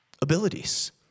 abilities